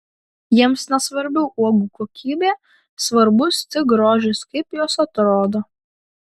jiems nesvarbi uogų kokybė svarbus tik grožis kaip jos atrodo